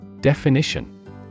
Definition